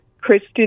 Christian